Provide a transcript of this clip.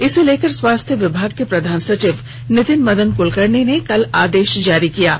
इसे लेकर स्वास्थ्य विभाग के प्रधान सचिव नितिन मदन कुलकर्णी ने कल आदेश जारी कर दिया है